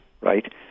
right